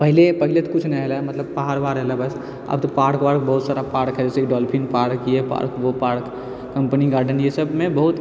पहिले पहिले तऽ किछु ना हलै मतलब पहाड़ वहाड़ रहलै बस आब तऽ पार्क वार्क बहुत सारा पार्क है जैसे की डॉल्फिन पार्क यए पार्क वो पार्क कम्पनी गार्डन ये सबमे बहुत